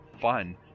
fun